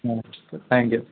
ആ thank you